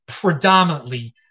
Predominantly